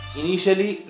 initially